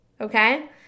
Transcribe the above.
okay